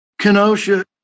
Kenosha